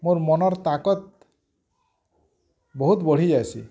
ମୋର ମନର୍ ତାକତ୍ ବହୁତ୍ ବଢ଼ି ଯାଇସି